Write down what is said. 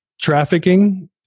trafficking